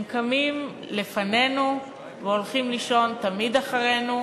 הם קמים לפנינו והולכים לישון תמיד אחרינו,